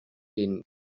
den